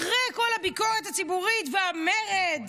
אחרי כל הביקורת הציבורית והמרד